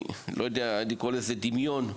מ- אני קורא לזה דמיון: